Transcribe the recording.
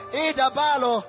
idabalo